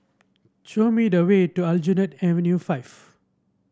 show me the way to Aljunied Avenue Five